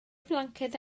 flanced